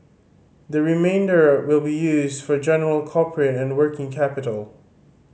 the remainder will be used for general corporate and working capital